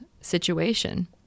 situation